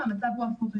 המצב הוא הפוך.